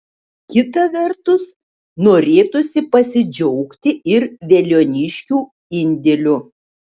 kita vertus norėtųsi pasidžiaugti ir veliuoniškių indėliu